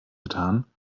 getan